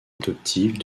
adoptive